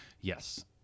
yes